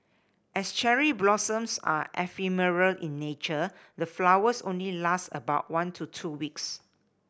as cherry blossoms are ephemeral in nature the flowers only last about one to two weeks